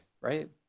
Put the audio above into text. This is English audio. right